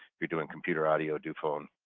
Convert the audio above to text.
if you're doing computer audio do phone.